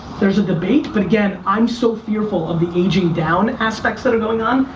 there's a debate, but again, i'm so fearful of the aging-down aspects that are going on,